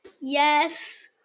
Yes